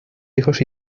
hijos